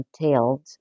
entailed